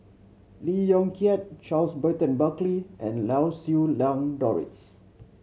Lee Yong Kiat Charles Burton Buckley and Lau Siew Lang Doris